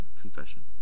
confession